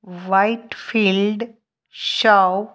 white field shaw